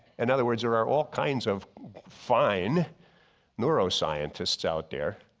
in other words there are all kinds of fine neuro scientists out there,